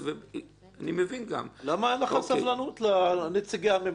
למה אין לך סבלנות לנציגי הממלכה?